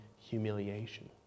humiliation